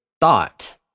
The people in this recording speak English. thought